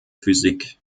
physik